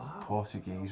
Portuguese